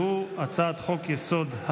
והוא הצעת חוק-יסוד: